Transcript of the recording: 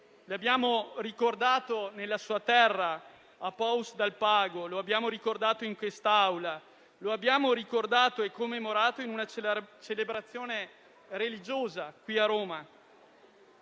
Lo abbiamo ricordato nella sua terra, a Puos d'Alpago, lo abbiamo ricordato in quest'Aula e, ancora, lo abbiamo ricordato e commemorato in una celebrazione religiosa qui a Roma.